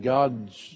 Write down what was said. God's